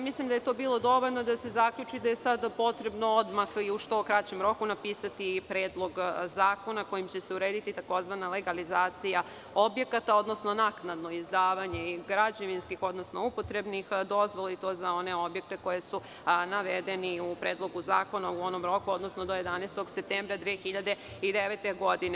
Mislim da je to bilo dovoljno da se zaključi da je sada potrebno odmah i u što kraćem roku napisati predlog zakona kojim će se urediti tzv. legalizacija objekata, odnosno naknadno izdavanje građevinskih, odnosno upotrebnih dozvola i to za one objekte koji su navedeni u predlogu zakona u onom roku, odnosno do 11. septembra 2009. godine.